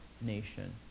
nation